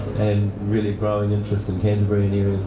and really growing interest in canterbury and